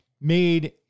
made